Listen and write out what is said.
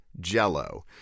Jell-O